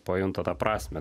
pajunta tą prasmę